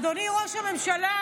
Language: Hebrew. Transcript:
אדוני ראש הממשלה,